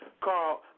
Carl